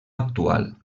actual